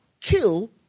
kill